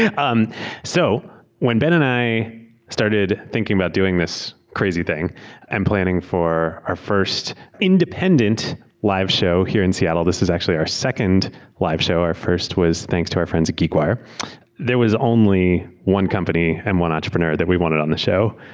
um so when ben and i started thinking about doing this crazy thing and planning for our first independent live show here in seattleeur this is actually our second live show, our first was, thanks to our friends at geekwireeur there was only one company and one entrepreneur that we wanted on the show.